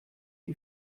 die